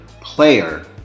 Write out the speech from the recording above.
Player